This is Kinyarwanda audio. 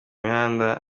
mihanda